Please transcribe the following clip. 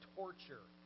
torture